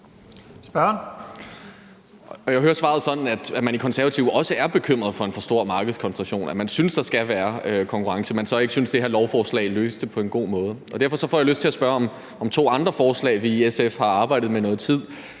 (SF): Jeg hørte svaret sådan, at man i Konservative også er bekymrede for en for stor markedskoncentration, altså at man synes, at der skal være konkurrence, men så ikke synes, at det her lovforslag løser det på en god måde. Derfor får jeg lyst til at spørge om to andre forslag, vi i SF har arbejdet med i noget tid,